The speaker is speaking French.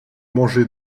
manger